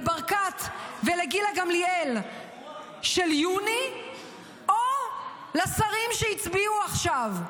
לברקת ולגילה גמליאל של יוני או לשרים שהצביעו עכשיו,